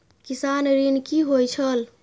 किसान ऋण की होय छल?